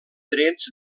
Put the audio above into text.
trets